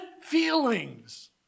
feelings